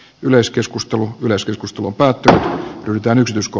yleiskeskustelu yleiskeskustelun päätyä yltänyt rusko